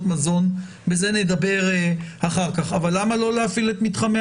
מזון ועל זה נדבר אחר כך אבל למה לא להפעיל את מתחמי